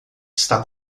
está